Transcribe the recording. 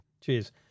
Cheers